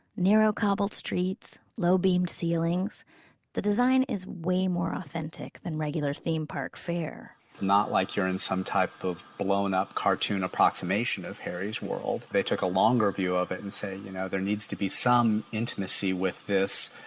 narrow cobbled streets, low-beamed ceilings the design is way more authentic than regular theme park fare not like you're in some type of blown up cartoon approximation of harry's world. they took a longer view of it and said, you know there needs to be some intimacy with this.